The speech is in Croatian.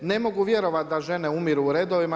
Ne mogu vjerovat da žene umiru u redovima.